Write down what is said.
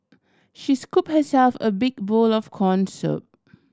she scooped herself a big bowl of corn soup